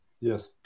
Yes